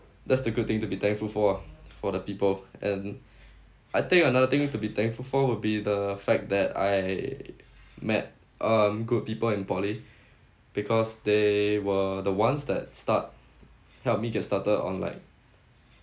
that's the good thing to be thankful for ah for the people and I think another thing to be thankful for would be the fact that I met um good people in poly because they were the ones that start helped me get started on like